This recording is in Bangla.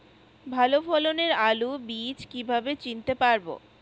ভালো ফলনের আলু বীজ কীভাবে চিনতে পারবো?